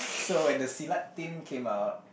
so when the Silat team came out